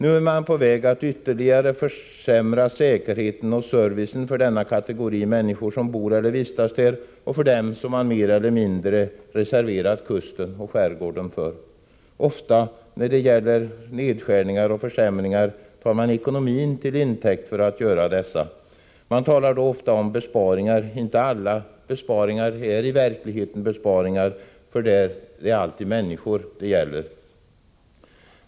Nu är man på väg att ytterligare försämra säkerheten och servicen för den kategori människor som bor eller vistas där och för dem som man mer eller mindre reserverat kusten och skärgården för. När det är fråga om nedskärningar och försämringar tar man ofta ekonomin till intäkt för att göra dessa, och man talar då om besparingar. Men inte alla besparingar är i verkligheten besparingar, och det är alltid människor det gäller.